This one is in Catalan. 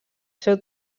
seu